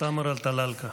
סאמר טלאלקה.